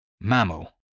Mammal